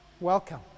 Welcome